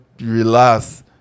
relax